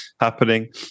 happening